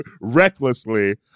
recklessly